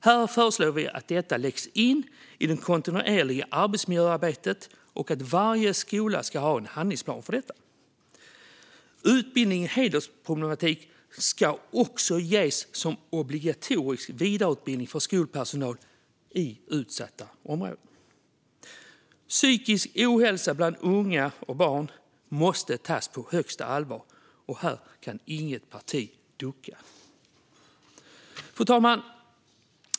Här föreslår vi att detta läggs in i det kontinuerliga arbetsmiljöarbetet och att varje skola ska ha en handlingsplan för detta. Utbildning i hedersproblematik ska också ges som obligatorisk vidareutbildning för skolpersonal i utsatta områden. Psykisk ohälsa bland unga och barn måste tas på största allvar, och här kan inget parti ducka. Fru talman!